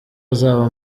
azaba